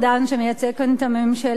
שמייצג כאן את הממשלה,